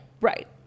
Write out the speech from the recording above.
right